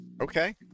Okay